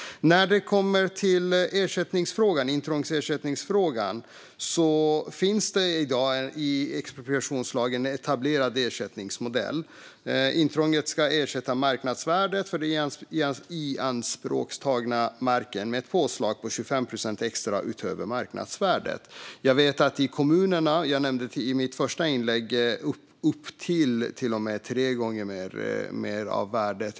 När det kommer till intrångsersättningsfrågan finns det i dag i expropriationslagen en etablerad ersättningsmodell. Intrånget ska ersättas med marknadsvärdet för den ianspråktagna marken samt ett påslag på 25 procent. Som jag nämnde i mitt första inlägg kan det bli upp till tre gånger mer än värdet.